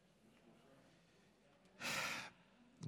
תודה.